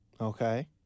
Okay